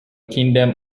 kingdom